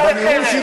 כל עוד נמשך הכיבוש.